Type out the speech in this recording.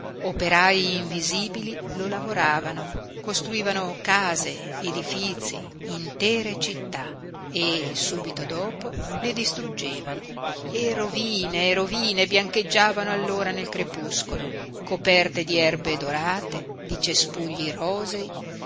operai invisibili lo lavoravano costruivano case edifizi intere città e subito dopo le distruggevano e rovine e rovine biancheggiavano allora nel crepuscolo coperte di erbe dorate di cespugli rosei